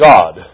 God